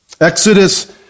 Exodus